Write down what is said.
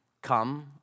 Come